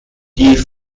die